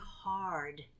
hard